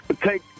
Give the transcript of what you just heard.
Take